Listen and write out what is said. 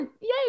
Yay